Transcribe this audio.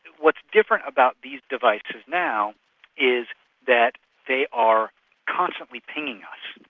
what's different about these devices now is that they are constantly pinging us.